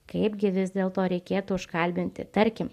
kaipgi vis dėlto reikėtų užkalbinti tarkim